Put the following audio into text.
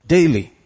Daily